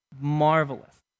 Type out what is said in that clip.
marvelous